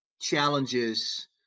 challenges